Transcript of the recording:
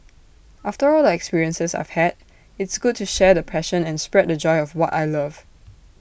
after all the experiences I've had it's good to share the passion and spread the joy of what I love